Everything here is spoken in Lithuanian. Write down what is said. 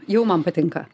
jau man patinka